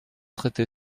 traité